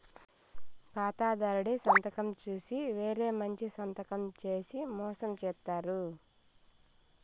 ఖాతాదారుడి సంతకం చూసి వేరే మంచి సంతకం చేసి మోసం చేత్తారు